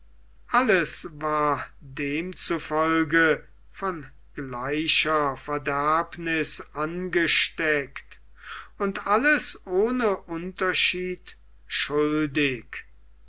alles war demzufolge von gleicher verderbniß angesteckt und alles ohne unterschied schuldig